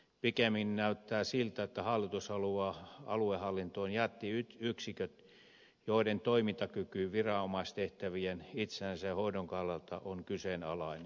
pikemminkin näyttää siltä että hallitus haluaa aluehallintoon jättiyksiköt joiden toimintakyky viranomaistehtävien itsenäisen hoidon kannalta on kyseenalainen